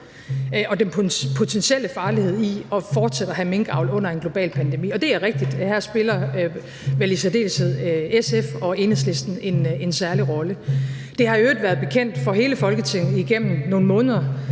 og den potentielle farlighed ved fortsat at have minkavl under en global pandemi. Det er rigtigt, at her spiller vel i særdeleshed SF og Enhedslisten en særlig rolle. Det har i øvrigt været bekendt for hele Folketinget igennem nogle måneder,